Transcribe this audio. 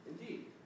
Indeed